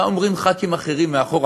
מה אומרים חברי כנסת אחרים מאחור,